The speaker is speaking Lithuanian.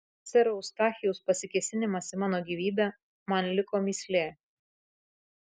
sero eustachijaus pasikėsinimas į mano gyvybę man liko mįslė